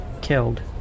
killed